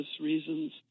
reasons